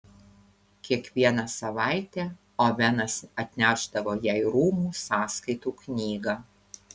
kiekvieną savaitę ovenas atnešdavo jai rūmų sąskaitų knygą